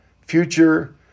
future